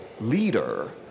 leader